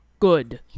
Good